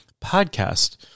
podcast